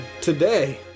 Today